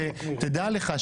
שתדע לך,